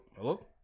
Hello